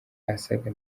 asaga